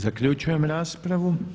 Zaključujem raspravu.